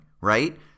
right